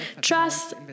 trust